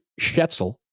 Schetzel